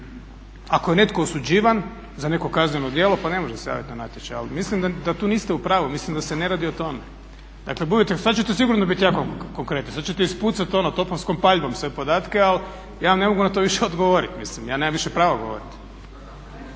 Ako je netko osuđivan za neko kazneno djelo, pa ne može se javiti na natječaj. Ali mislim da tu niste u pravu, mislim da se ne radi o tome. Dakle budite, sad ćete sigurno biti jako konkretni, sad ćete ispucati ono topovskom paljbom sve podatke ali ja vam ne mogu na to više odgovoriti. Mislim ja nemam više pravo govoriti.